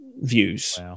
views